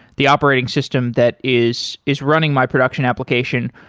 the operating system that is is running my production application,